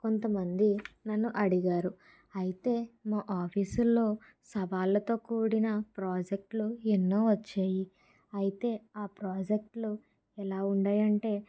కొంతమంది నన్ను అడిగారు అయితే మా ఆఫీసు లో సవాళ్లతో కూడిన ప్రాజెక్ట్లు ఎన్నో వచ్చాయి అయితే ఆ ప్రాజెక్ట్లు ఎలా ఉన్నాయంటే